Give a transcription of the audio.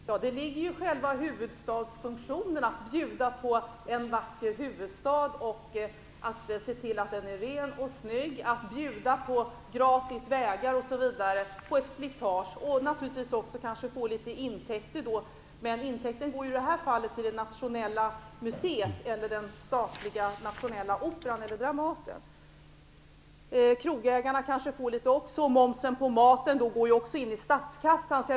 Herr talman! Det ligger i själva huvudstadsfunktionen att kunna bjuda på en vacker huvudstad, att se till att den är ren och snygg, att bjuda på gratis vägar osv. och att kanske få litet intäkter. Men i det här fallet går intäkterna till det nationella museet, till den statliga nationella Operan eller Dramaten. Krogägarna kanske också får litet. Momsen på maten går då till statskassan.